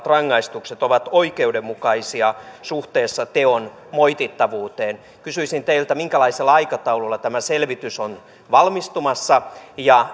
rangaistukset ovat oikeudenmukaisia suhteessa teon moitittavuuteen kysyisin teiltä minkälaisella aikataululla tämä selvitys on valmistumassa ja